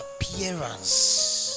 appearance